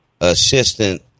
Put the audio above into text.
Assistant